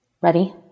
Ready